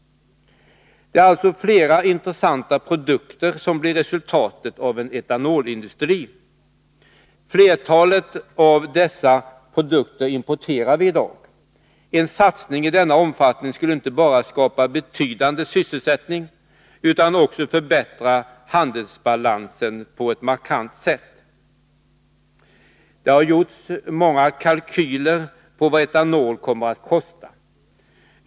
Det är alltså flera intressanta produkter som blir resultatet av en etanolindustri. Flertalet av dessa produkter importerar vi i dag. En satsning i denna omfattning skulle inte bara skapa betydande sysselsättning utan också förbättra handelsbalansen på ett markant sätt. Det har gjorts många kalkyler på vad etanolen kommer att kosta.